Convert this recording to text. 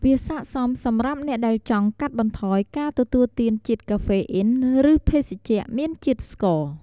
វាស័ក្តិសមសម្រាប់អ្នកដែលចង់កាត់បន្ថយការទទួលទានជាតិកាហ្វេអ៊ីន ឬភេសជ្ជៈមានជាតិស្ករ។